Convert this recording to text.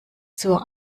zur